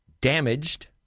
damaged